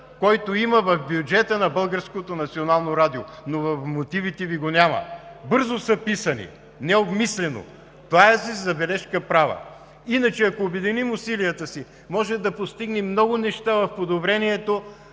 национално радио, но в мотивите Ви го няма, бързо са писани, необмислено – тази забележка правя. Иначе, ако обединим усилията си, можем да постигнем много неща в подобрението